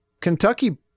Kentucky